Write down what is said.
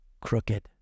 crooked